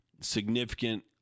significant